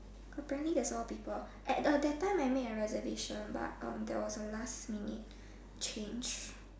apparently there's a lot of people at that time I made a reservation but there was a last minute change